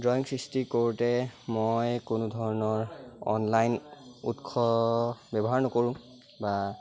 drawing সৃষ্টি কৰোতে মই কোনো ধৰণৰ অনলাইন উৎস ব্যৱহাৰ নকৰোঁ বা